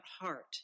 heart